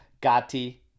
Gatti